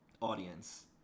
audience